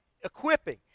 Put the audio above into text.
equipping